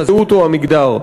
הזהות או המגדר.